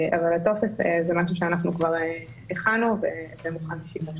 הטופס זה משהו שכבר הכנו, והוא מוכן לשימוש.